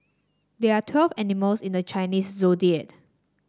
there are twelve animals in the Chinese Zodiac